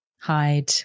hide